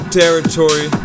territory